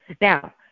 Now